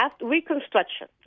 reconstruction